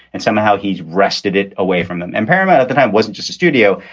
and somehow he wrested it away from them. and paramount at the time wasn't just a studio.